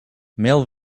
male